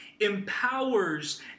empowers